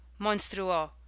monstruo